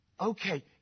okay